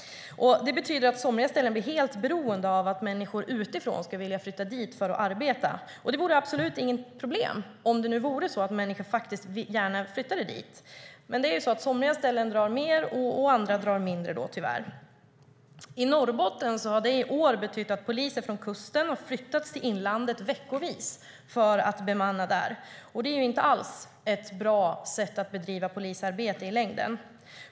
Det betyder att somliga ställen blir helt beroende av att människor utifrån ska vilja flytta dit för att arbeta. Det vore absolut inget problem, om det vore så att människor gärna flyttade dit. Men nu är det så att somliga ställen drar mer och andra tyvärr mindre. I Norrbotten har det i år betytt att poliser från kusten flyttats till inlandet veckovis för att bemanna där. Det är inte alls ett bra sätt att bedriva polisarbete i längden.